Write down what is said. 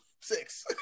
six